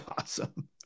awesome